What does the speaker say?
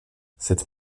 cette